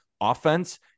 offense